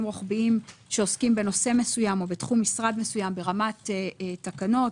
רוחביים שעוסקים בנושא מסוים או בתחום משרד מסוים ברמת תקנות,